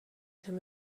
him